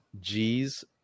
G's